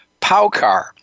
Paukar